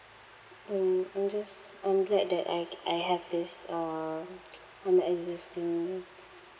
um I'm just I'm glad that I g~ I have this uh I'm existing